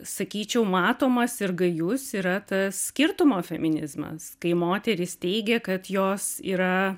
sakyčiau matomas ir gajus yra tas skirtumo feminizmas kai moterys teigia kad jos yra